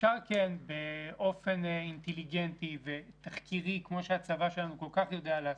אפשר כן באופן אינטליגנטי ותחקירי כמו שהצבא שלנו כל כך יודע לעשות,